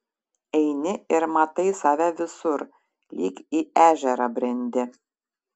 eini ir matai save visur lyg į ežerą brendi